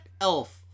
elf